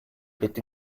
est